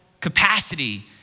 capacity